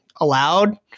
allowed